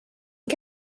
and